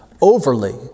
overly